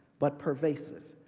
but pervasive,